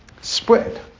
spread